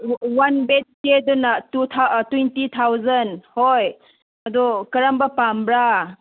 one ꯕꯦꯗꯁꯀꯤꯗꯨꯅ twenty thousand ꯍꯣꯏ ꯑꯗꯨ ꯀꯔꯝꯕ ꯄꯥꯝꯕꯔ